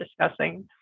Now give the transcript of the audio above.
discussing